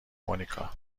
مونیکا